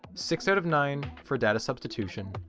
six out of nine for data substitution,